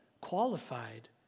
qualified